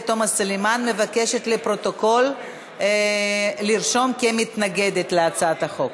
תומא סלימאן מבקשת לרשום לפרוטוקול כי היא מתנגדת להצעת החוק.